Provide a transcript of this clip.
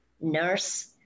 nurse